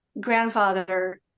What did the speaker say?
grandfather